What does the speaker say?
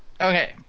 Okay